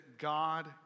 God